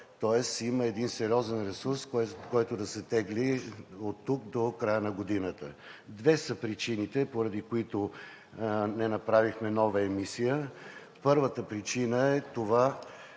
тоест има един сериозен ресурс, който да се тегли оттук до края на годината. Две са причините, поради които не направихме нова емисия. Първата причина е,